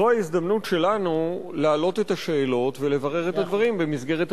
זוהי ההזדמנות שלנו להעלות את השאלות ולברר את הדברים במסגרת הדיון.